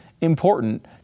important